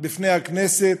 בפני הכנסת,